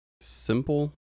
simple